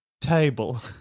table